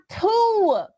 two